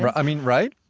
i mean, right?